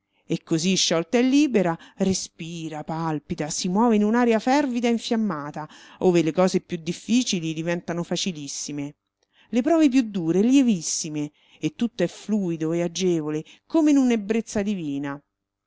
e così sciolta e libera respira palpita si muove in un'aria fervida e infiammata ove le cose più difficili diventano facilissime le prove più dure lievissime e tutto è fluido e agevole come in un'ebbrezza divina